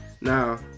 Now